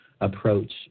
approach